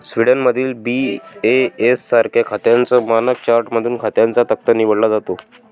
स्वीडनमधील बी.ए.एस सारख्या खात्यांच्या मानक चार्टमधून खात्यांचा तक्ता निवडला जातो